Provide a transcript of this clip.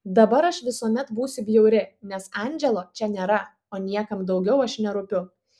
dabar aš visuomet būsiu bjauri nes andželo čia nėra o niekam daugiau aš nerūpiu